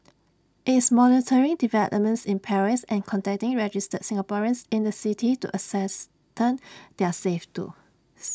IT is monitoring developments in Paris and contacting registered Singaporeans in the city to ascertain their safe to